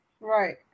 right